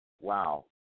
Wow